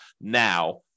now